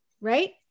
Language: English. right